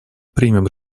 примем